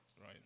right